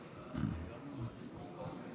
לא נתקבלה.